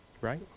Right